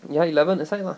ya eleven a side lah